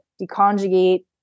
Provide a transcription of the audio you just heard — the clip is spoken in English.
deconjugate